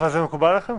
אבל זה מקובל עליכם?